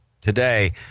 today